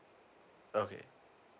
okay